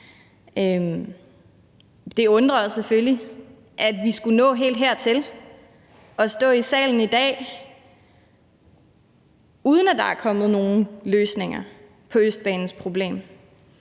Det undrer os selvfølgelig, at vi skulle nå helt hertil, altså til at stå i salen i dag, uden at der er kommet nogen løsninger på Østbanens problem.